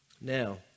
Now